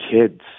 kids